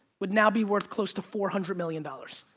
would now be worth close to four hundred million dollars.